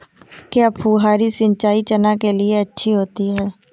क्या फुहारी सिंचाई चना के लिए अच्छी होती है?